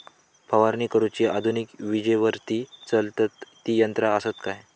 फवारणी करुची आधुनिक विजेवरती चलतत ती यंत्रा आसत काय?